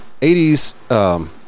80s